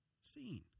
seen